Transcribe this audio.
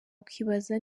ukibaza